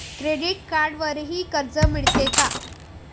Credit कार्डवरही कर्ज मिळते का?